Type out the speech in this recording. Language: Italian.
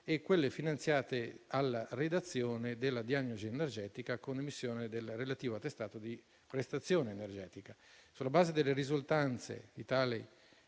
quelle finalizzate alla redazione della diagnosi energetica, con emissione del relativo attestato di prestazione energetica. Sulla base delle risultanze di tali